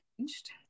changed